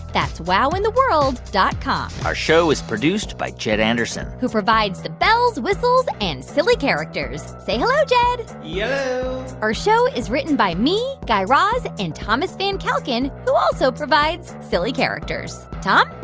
that's wowintheworld dot com our show is produced by jed anderson who provides the bells, whistles and silly characters. say hello, jed yello yeah our show is written by me, guy raz and thomas van kalken, who also provides silly characters. tom?